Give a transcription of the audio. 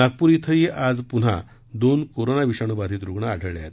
नागपूर श्विंही आज पुन्हा दोन कोरोना विषाणू बाधित रुग्ण आढळले आहेत